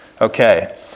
Okay